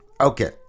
Okay